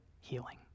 healing